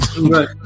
Right